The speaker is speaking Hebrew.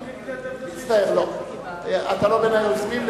מצטער, אתה לא בין היוזמים.